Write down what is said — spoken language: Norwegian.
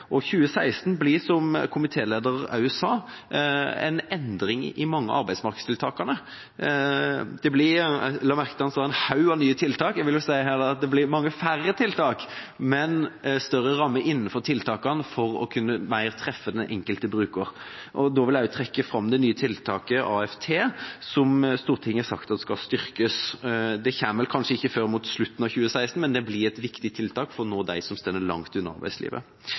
tida. 2016 gir, som komitéleder også sa, en endring i mange av arbeidsmarkedstiltakene. Jeg la merke til at han sa en «haug» av nye tiltak. Jeg vil heller si det blir mange færre tiltak, men større rammer innenfor tiltakene for bedre å kunne treffe den enkelte bruker. Da vil jeg også trekke fram det nye tiltaket AFT, som Stortinget har sagt skal styrkes. Det kommer kanskje ikke før mot slutten av 2016, men det blir et viktig tiltak for å nå dem som står langt unna arbeidslivet.